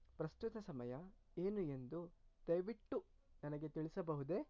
ಪ್ರಸ್ತುತ ಸಮಯ ಏನು ಎಂದು ದಯವಿಟ್ಟು ನನಗೆ ತಿಳಿಸಬಹುದೇ